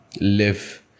live